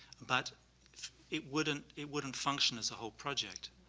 but it wouldn't it wouldn't function as a whole project.